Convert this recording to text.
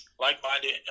like-minded